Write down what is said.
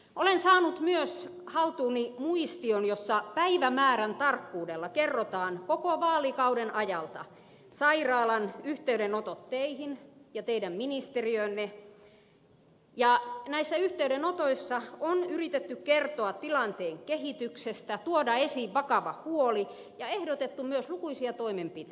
olen saanut myös haltuuni muistion jossa päivämäärän tarkkuudella kerrotaan koko vaalikauden ajalta sairaalan yhteydenotot teihin ja teidän ministeriöönne ja näissä yhteydenotoissa on yritetty kertoa tilanteen kehityksestä tuoda esiin vakava huoli ja ehdotettu myös lukuisia toimenpiteitä